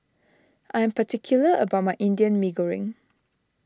I am particular about my Indian Mee Goreng